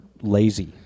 lazy